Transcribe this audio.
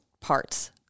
parts